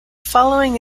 following